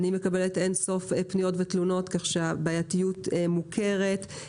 אני מקבלת אינסוף פניות ותלונות כך שהבעייתיות מוכרת,